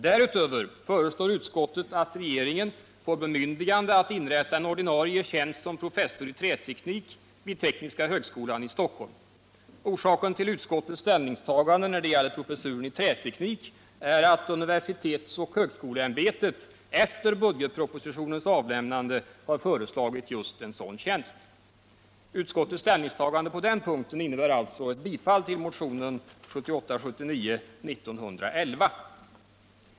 Därutöver föreslår utskottet att regeringen får bemyndigande att inrätta en ordinarie tjänst som professor i träteknik vid Tekniska högskolan i Stockholm. Orsaken till utskottets ställningstagande när det gäller professuren i träteknik är att universitetsoch högskoleämbetet efter budgetpropositionens avlämnande har föreslagit just en sådan tjänst. Utskottets ställningstagande på denna punkt innebär alltså ett bifall till motionen 1978/79:1911.